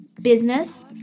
business